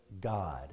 God